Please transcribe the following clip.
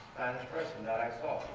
person that i saw